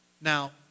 Now